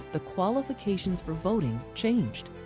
the qualifications for voting changed.